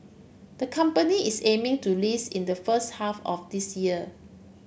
the company is aiming to list in the first half of this year